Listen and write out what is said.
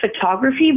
photography